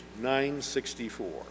964